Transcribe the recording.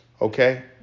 okay